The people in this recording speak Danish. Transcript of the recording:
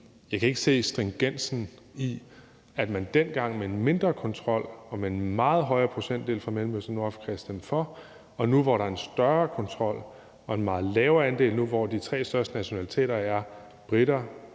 Jeg kan ikke se stringensen i, at man dengang med en mindre kontrol og med en meget højere procentdel fra Mellemøsten og Nordafrika stemte for. Og nu, hvor der er en større kontrol og en meget lavere andel, og nu, hvor de tre største nationaliteter er briter,